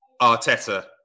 Arteta